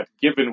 given